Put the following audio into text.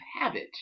habit